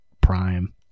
prime